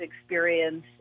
experience